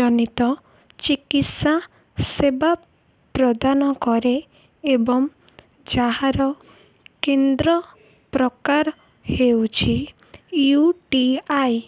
ଜନିତ ଚିକିତ୍ସା ସେବା ପ୍ରଦାନ କରେ ଏବଂ ଯାହାର କେନ୍ଦ୍ର ପ୍ରକାର ହେଉଛି ୟୁ ଟି ଆଇ